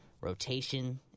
rotation